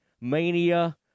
mania